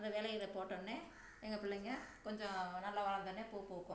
அந்த விதைகள போட்டவுடனே எங்கள் பிள்ளைங்க கொஞ்சம் நல்லா வளர்ந்தவுட்னே பூ பூக்கும்